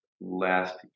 last